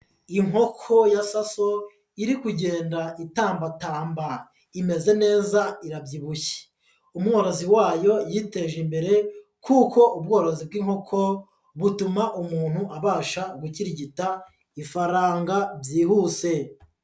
Inkoko ya sa iri kugenda itambatamba imeze neza irabyibushye, umworozi wayo yiteje imbere kuko ubworozi bw'inkoko butuma umuntu abasha gukirigita ifaranga byihuse.